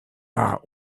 our